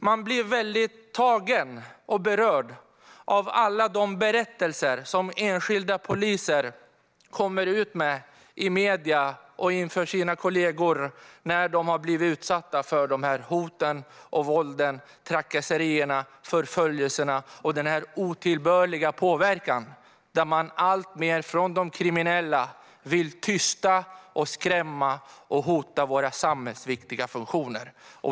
Man blir väldigt tagen och berörd av alla de berättelser som enskilda poliser kommer ut med i medier och inför sina kolleger när de har blivit utsatta för dessa hot och detta våld. Det är trakasserier, förföljelser och otillbörlig påverkan där de kriminella alltmer vill tysta, skrämma och hota våra samhällsviktiga funktioner.